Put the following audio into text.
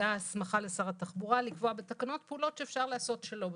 נקבעה הסכמה לשר התחבורה לקבוע בתקנות פעולות שאפשר לעשות שלא במוסך.